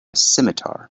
scimitar